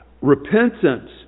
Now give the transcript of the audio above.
Repentance